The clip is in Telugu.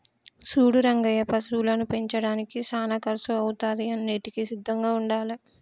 సూడు రంగయ్య పశువులను పెంచడానికి సానా కర్సు అవుతాది అన్నింటికీ సిద్ధంగా ఉండాలే